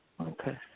Okay